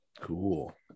cool